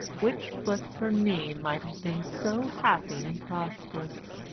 which but for me might have been so happy and prosperous,